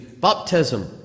baptism